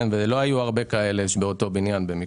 רק שלא היו הרבה כאלה באותו בניין.